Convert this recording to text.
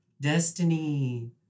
destiny